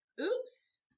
oops